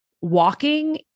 walking